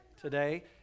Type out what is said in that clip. today